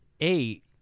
eight